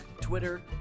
Twitter